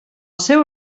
seu